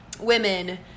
women